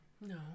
no